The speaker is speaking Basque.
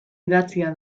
idatzia